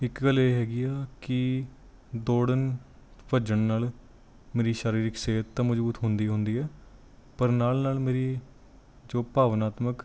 ਇੱਕ ਗੱਲ ਇਹ ਹੈਗੀ ਆ ਕਿ ਦੌੜਨ ਭੱਜਣ ਨਾਲ ਮੇਰੀ ਸਰੀਰਿਕ ਸਿਹਤ ਤਾਂ ਮਜ਼ਬੂਤ ਹੁੰਦੀ ਹੁੰਦੀ ਹੈ ਪਰ ਨਾਲ ਨਾਲ ਮੇਰੀ ਜੋ ਭਾਵਨਾਤਮਕ